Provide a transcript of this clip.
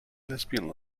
lesbian